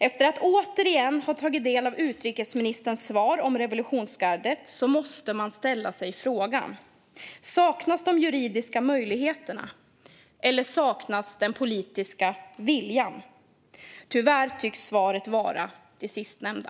Efter att återigen ha tagit del av utrikesministerns svar om revolutionsgardet måste jag ställa frågan: Saknas de juridiska möjligheterna, eller saknas den politiska viljan? Tyvärr tycks svaret vara det sistnämnda.